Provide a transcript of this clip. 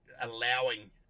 allowing